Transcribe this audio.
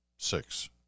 Six